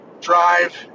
drive